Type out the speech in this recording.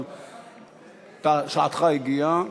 אבל שעתך הגיעה.